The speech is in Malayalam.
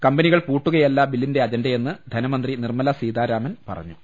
കമ്പനികൾ പൂട്ടുകയല്ല ബില്ലിന്റെ അജണ്ടയെന്ന് ധനമന്ത്രി നിർമലാ സീതാരാമൻ പറഞ്ഞു